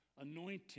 anointing